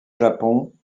japon